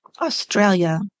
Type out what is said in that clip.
Australia